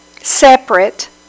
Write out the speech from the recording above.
separate